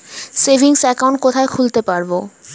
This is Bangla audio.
সেভিংস অ্যাকাউন্ট কোথায় খুলতে পারব?